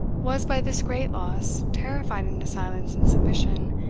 was, by this great loss, terrified into silence and submission,